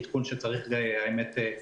עדכון שצריך להשתפר.